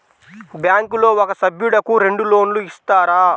బ్యాంకులో ఒక సభ్యుడకు రెండు లోన్లు ఇస్తారా?